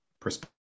perspective